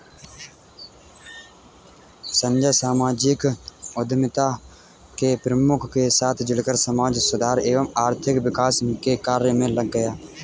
संजय सामाजिक उद्यमिता के प्रमुख के साथ जुड़कर समाज सुधार एवं आर्थिक विकास के कार्य मे लग गया